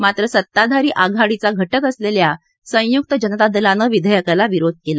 मात्र सत्ताधारी आघाडीचा घटक असलेल्या संयुक जनता दलानं विधेयकाला विरोध केला